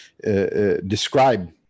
describe